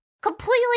Completely